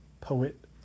poet